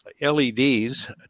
leds